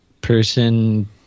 person